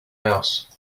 mouse